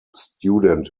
student